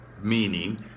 meaning